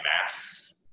mass